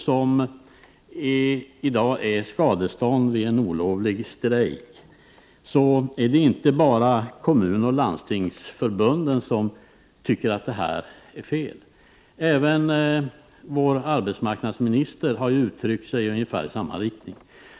som i dag är skadestånd vid en olovlig strejk, är det inte bara kommunoch landstingsförbunden som tycker att beloppet är fel. Även vår arbetsmarknadsminister har ju uttryckt sig i ungefär samma riktning.